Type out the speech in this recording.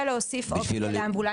ולהוסיף אופציה לאמבולנסים נוספים.